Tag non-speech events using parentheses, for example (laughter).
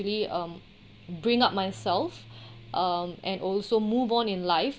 um bring up myself (breath) um and also move on in life